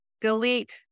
delete